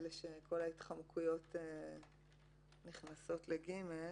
של ההתחמקויות שנכנסות ל-(ג).